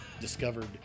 discovered